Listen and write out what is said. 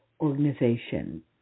organization